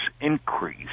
increase